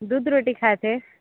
दूध रोटी खाए थे